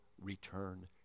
return